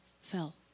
fell